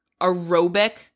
aerobic